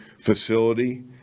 facility